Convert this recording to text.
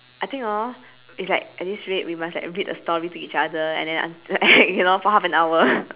I think hor it's like at this rate we must like read a story to each other and then until like you know for half an hour